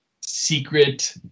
Secret